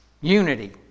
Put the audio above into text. Unity